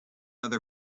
other